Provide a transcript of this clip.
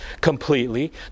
completely